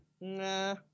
Nah